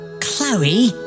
Chloe